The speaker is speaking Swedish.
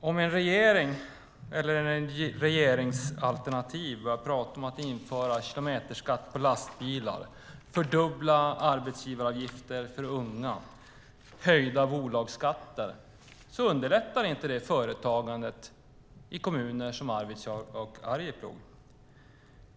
Om en regering eller ett regeringsalternativ pratar om att införa kilometerskatt på lastbilar, fördubbla arbetsgivaravgifter för unga och höja bolagsskatter är det ingenting som underlättar företagandet i kommuner som Arvidsjaur och Arjeplog.